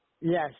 Yes